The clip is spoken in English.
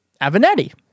Avenatti